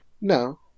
No